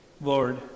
Lord